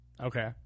okay